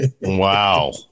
Wow